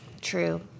True